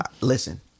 Listen